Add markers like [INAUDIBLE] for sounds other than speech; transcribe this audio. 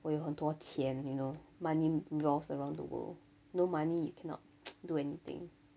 我有很多钱 you know money revolves around the world no money you cannot [NOISE] do anything